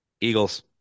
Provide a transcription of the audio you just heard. Eagles